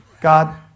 God